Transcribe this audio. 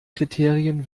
kriterien